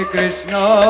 Krishna